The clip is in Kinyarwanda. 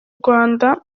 rwanda